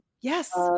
Yes